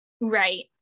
Right